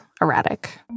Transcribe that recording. erratic